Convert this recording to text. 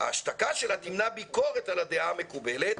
ההשתקה שלה תמנע ביקורת על הדעה המקובלת,